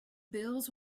bills